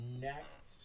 Next